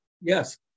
Yes